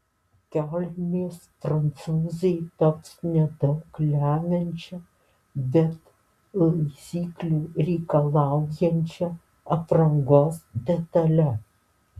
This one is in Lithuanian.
kelnės prancūzei taps nedaug lemiančia bet taisyklių reikalaujančia aprangos detale